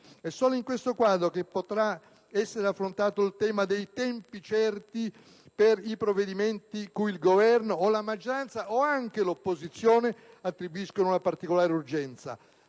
È solo in questo quadro che potrà essere affrontato il tema dei tempi certi per i provvedimenti, cui il Governo, la maggioranza ed anche l'opposizione attribuiscono particolare urgenza.